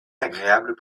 agréable